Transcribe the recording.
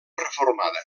reformada